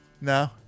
No